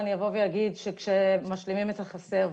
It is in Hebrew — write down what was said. שאנחנו משלימים את החסר,